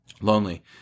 lonely